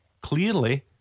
Clearly